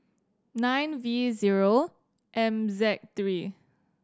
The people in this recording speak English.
nine V zero M Z three